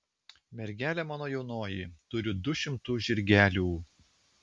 mergelė mano jaunoji turiu du šimtu žirgelių